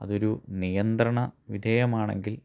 അതൊരു നിയന്ത്രണ വിധേയമാണെങ്കിൽ